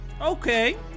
Okay